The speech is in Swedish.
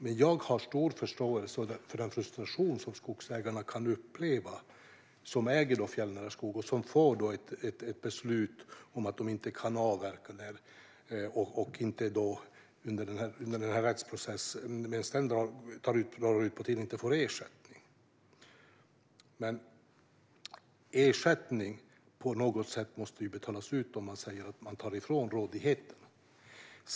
Men jag har stor förståelse för den frustration som skogsägarna till den fjällnära skogen kan uppleva när de får ett beslut om att de inte kan avverka och att de, om rättsprocessen drar ut på tiden, inte får någon ersättning. Ersättning måste på något sätt betalas ut om man säger att man tar ifrån någon rådigheten.